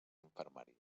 infermeria